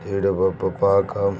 జీడిపప్పు పాకం